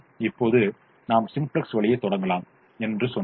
இப்போது நாம் சிம்ப்ளக்ஸ் வழியைத் தொடங்கலாம் என்றும் சொன்னோம்